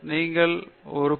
நீங்கள் ஒரு பி